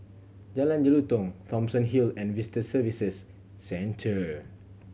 Jalan Jelutong Thomson Hill and Visitor Services Centre